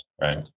right